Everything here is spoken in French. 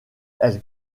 elle